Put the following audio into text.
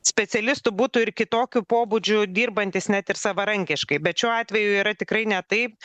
specialistų būtų ir kitokiu pobūdžiu dirbantis net ir savarankiškai bet šiuo atveju yra tikrai ne taip